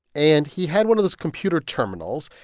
and he had one of those computer terminals.